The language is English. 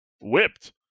whipped